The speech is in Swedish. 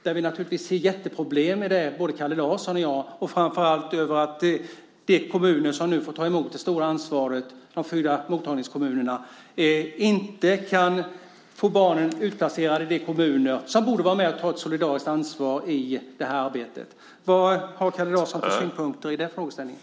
Vi ser naturligtvis jätteproblem både Kalle Larsson och jag, framför allt i att de kommuner som nu får ta det stora ansvaret, de fyra mottagningskommunerna, inte kan få barnen utplacerade i kommuner som borde vara med och ta ett solidariskt ansvar i det här arbetet. Vad har Kalle Larsson för synpunkter på den frågeställningen?